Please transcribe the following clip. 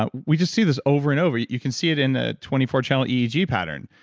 ah we just see this over and over you you can see it in the twenty four channel eeg pattern,